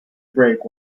break